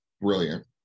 brilliant